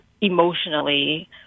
emotionally